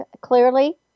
clearly